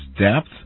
depth